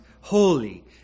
holy